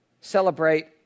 celebrate